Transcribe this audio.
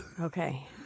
Okay